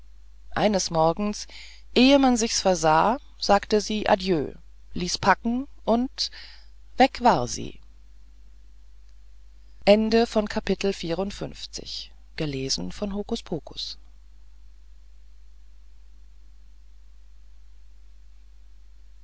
eines morgens ehe man sich's versah sagte sie adieu ließ packen und weg war sie